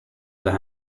other